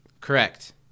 Correct